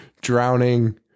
Drowning